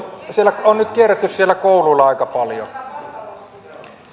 siellä kouluilla on nyt kierretty aika paljon ja